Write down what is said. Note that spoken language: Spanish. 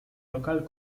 local